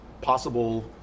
possible